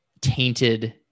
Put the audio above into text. tainted